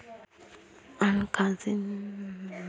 ಹಣ್ಕಾಸಿನ್ ಸೇವಾಗಳೊಳಗ ಯವ್ದರಿಂದಾ ಭಾಳ್ ಉಪಯೊಗೈತಿ?